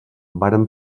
varen